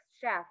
chef